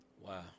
wow